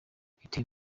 igiteye